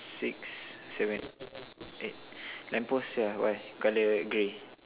six seven eight lamp post here why colour grey